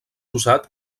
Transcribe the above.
usat